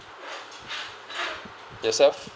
yourself